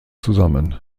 zusammen